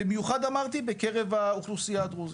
במיוחד בקרב האוכלוסייה הדרוזית.